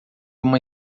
uma